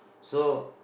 so